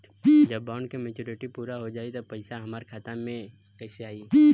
जब बॉन्ड के मेचूरिटि पूरा हो जायी त पईसा हमरा खाता मे कैसे आई?